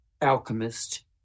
alchemist